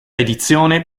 edizione